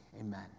amen